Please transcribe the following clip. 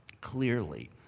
clearly